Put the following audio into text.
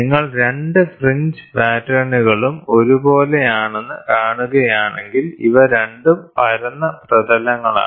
നിങ്ങൾ രണ്ട് ഫ്രിഞ്ച് പാറ്റേണുകളും ഒരുപോലെയാണെന്ന് കാണുകയാണെങ്കിൽ ഇവ രണ്ടും പരന്ന പ്രതലങ്ങളാണ്